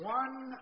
one